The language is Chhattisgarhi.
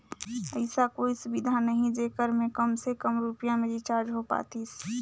ऐसा कोई सुविधा नहीं जेकर मे काम से काम रुपिया मे रिचार्ज हो पातीस?